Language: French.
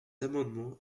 amendement